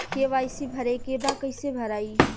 KYC भरे के बा कइसे भराई?